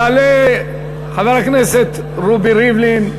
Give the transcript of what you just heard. יעלה חבר הכנסת רובי ריבלין,